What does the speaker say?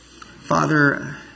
Father